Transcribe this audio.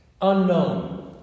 Unknown